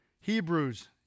Hebrews